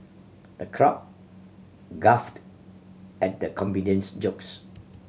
the crowd guffawed at the comedian's jokes